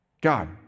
God